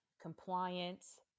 compliance